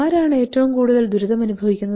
ആരാണ് ഏറ്റവും കൂടുതൽ ദുരിതമനുഭവിക്കുന്നത്